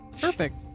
Perfect